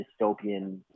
dystopian